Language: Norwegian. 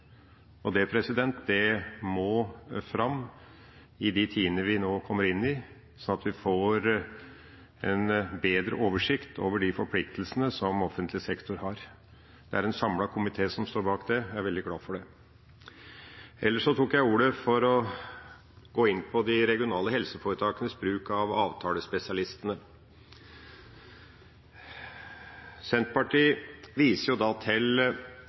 Det må fram, i de tidene vi nå kommer inn i, slik at vi får en bedre oversikt over de forpliktelsene som offentlig sektor har. Det er en samlet komité som står bak det, og jeg er veldig glad for det. For øvrig tok jeg ordet for å gå inn på de regionale helseforetakenes bruk av avtalespesialistene. Senterpartiet viser